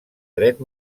dret